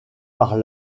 par